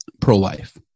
pro-life